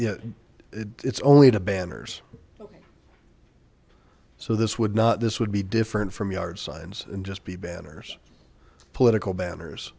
think it's only the banners so this would not this would be different from yard signs and just be banners political banners